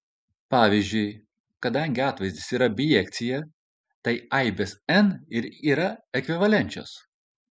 pavyzdžiui kadangi atvaizdis yra bijekcija tai aibės n ir yra ekvivalenčios